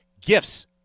Gifts